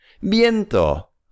Viento